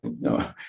No